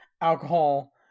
alcohol